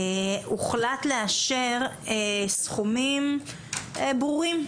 הוחלט לאשר סכומים ברורים,